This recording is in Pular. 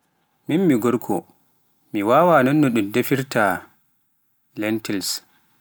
Min mi gorko mi wawaa nonno un defirta lentils